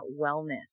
wellness